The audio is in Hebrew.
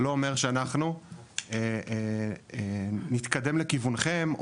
לא אומר שאנחנו נתקדם לכיוונכם,